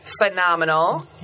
Phenomenal